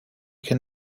can